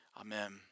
Amen